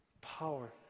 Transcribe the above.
Power